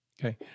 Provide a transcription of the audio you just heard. Okay